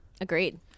Agreed